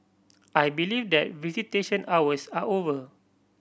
I believe that visitation hours are over